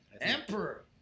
Emperor